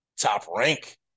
top-rank